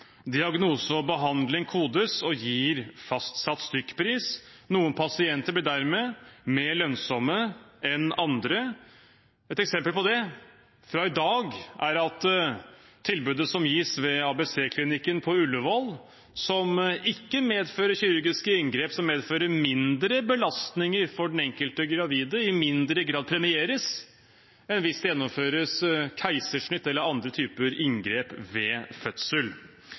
Diagnose og behandling kodes og gir en fastsatt stykkpris. Noen pasienter blir dermed mer lønnsomme enn andre. Et eksempel på det fra i dag er at tilbudet som gis ved ABC-klinikken på Ullevål, som ikke medfører kirurgiske inngrep, og som medfører mindre belastninger for den enkelte gravide, i mindre grad premieres enn hvis det gjennomføres keisersnitt eller andre typer inngrep ved fødsel.